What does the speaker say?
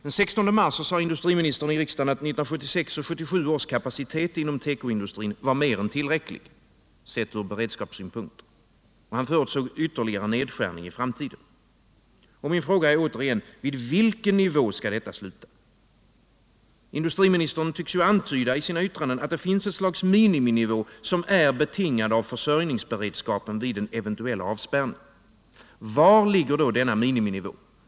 Den 16 mars sade industriministern i riksdagen att 1976 och 1977 års kapacitet inom tekoindustrin var mer än tillräcklig sett ut beredskapssynpunkt. Och han förutsåg ytterligare nedskärningar i framtiden. Min fråga är återigen: Vid vilken nivå skall detta sluta? Industriministern tycks antyda i sina yttranden att det finns ett slags miniminivå, som är betingad av försörjningsberedskapen vid en eventuell avspärrning. Var ligger denna miniminivå?